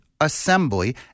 assembly